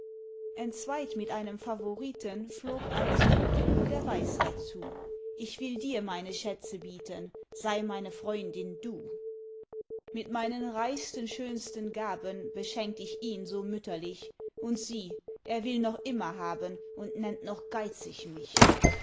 entzweit mit einem favoriten flog einst fortun der weisheit zu ich will dir meine schätze bieten sei meine freundin du mit meinen reichsten schönsten gaben beschenkt ich ihn so mütterlich und sieh er will noch immer haben und nennt noch geizig mich